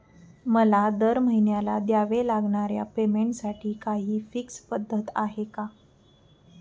मला दरमहिन्याला द्यावे लागणाऱ्या पेमेंटसाठी काही फिक्स पद्धत आहे का?